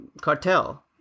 cartel